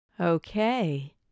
Okay